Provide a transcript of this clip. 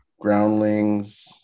Groundlings